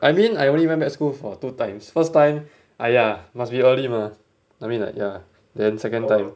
I mean I only went back school for two times first time !aiya! must be early mah I mean like ya then second time